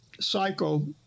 cycle